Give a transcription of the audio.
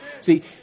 See